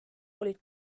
olid